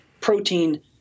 protein